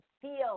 feel